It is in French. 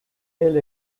elle